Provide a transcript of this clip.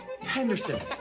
Henderson